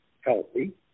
healthy